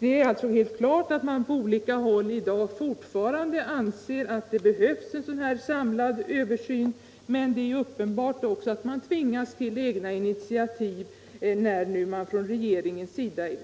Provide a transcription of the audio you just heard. Det är alltså helt klart att man i dag på olika håll fortfarande anser att det behövs en samlad översyn, men det är också uppenbart att man tvingas till egna initiativ när nu regeringen